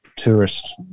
Tourist